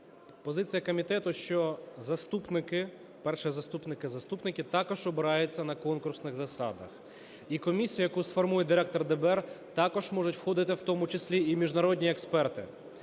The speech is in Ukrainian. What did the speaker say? Позиція комітету, що заступники, перший заступник і заступники також обираються на конкурсних засадах. І в комісію, яку сформує директор ДБР, також можуть входити в тому числі і міжнародні експерти.